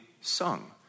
sung